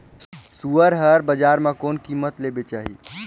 सुअर हर बजार मां कोन कीमत ले बेचाही?